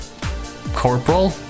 corporal